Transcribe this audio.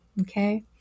okay